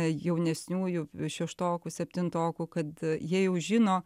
jaunesniųjų šeštokų septintokų kad jie jau žino